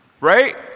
right